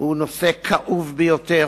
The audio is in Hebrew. הוא כאוב ביותר,